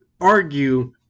argue